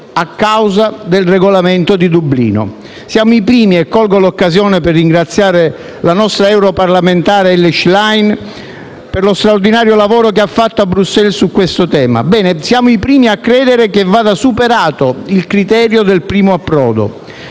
a causa del regolamento di Dublino. Siamo i primi - e colgo l'occasione per ringraziare la nostra europarlamentare Elly Schlein per lo straordinario lavoro che ha fatto a Bruxelles su questo tema - a credere che vada superato il criterio del primo approdo.